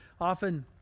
often